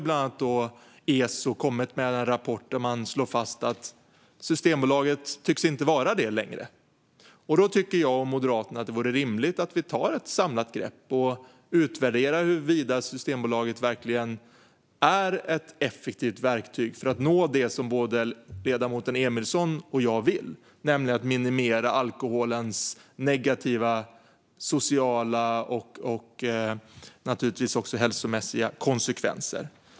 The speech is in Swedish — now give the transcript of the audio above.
Bland annat har ESO kommit med en rapport där man slår fast att Systembolaget inte tycks vara det längre. Då tycker jag och Moderaterna att det vore rimligt att ta ett samlat grepp och utvärdera huruvida Systembolaget verkligen är ett effektivt verktyg för att uppnå det som både ledamoten Emilsson och jag vill: att minimera alkoholens negativa sociala och hälsomässiga konsekvenser.